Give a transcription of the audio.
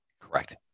Correct